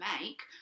make